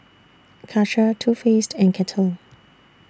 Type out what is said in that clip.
Karcher Too Faced and Kettle